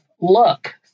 look